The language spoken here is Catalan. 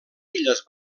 illes